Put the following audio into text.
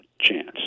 chance